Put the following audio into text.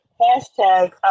Hashtag